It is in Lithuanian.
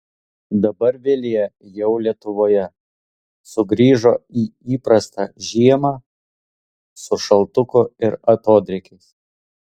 dabar vilija jau lietuvoje sugrįžo į įprastą žiemą su šaltuku ir atodrėkiais